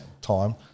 time